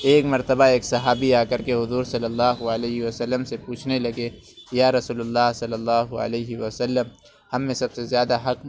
ایک مرتبہ ایک صحابی آ کر کے حضور صلی اللہ علیہ وسلم سے پوچھنے لگے یا رسول اللہ صلی اللہ علیہ وسلم ہم میں سب سے زیادہ حق